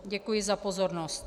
Děkuji za pozornost.